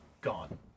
gone